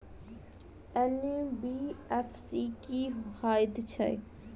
NBFC की हएत छै?